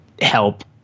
help